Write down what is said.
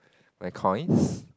my coins